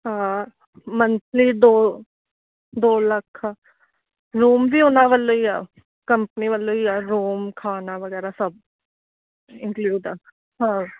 ਹਾਂ ਮੰਥਲੀ ਦੋ ਦੋ ਲੱਖ ਆ ਰੂਮ ਵੀ ਉਹਨਾਂ ਵੱਲੋਂ ਹੀ ਆ ਕੰਪਨੀ ਵੱਲੋਂ ਹੀ ਆ ਰੂਮ ਖਾਣਾ ਵਗੈਰਾ ਸਭ ਇੰਨਕਲਿਊਡ ਆ ਹਾਂ